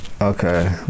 Okay